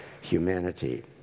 humanity